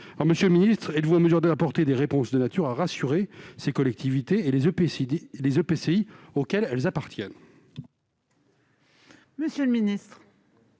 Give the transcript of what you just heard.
pour 2021. Êtes-vous en mesure d'apporter des réponses de nature à rassurer ces collectivités et les EPCI auxquelles elles appartiennent ? La parole est